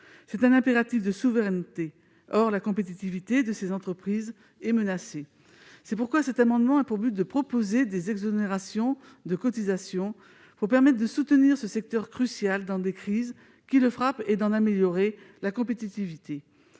c'est un impératif de souveraineté. Or la compétitivité de ces entreprises est menacée. Avec cet amendement, nous proposons des exonérations de cotisations afin de soutenir ce secteur vital face aux crises qui le frappent et d'en améliorer la compétitivité.